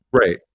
Right